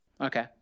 Okay